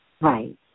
Right